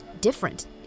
different